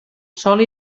sol